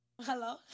Hello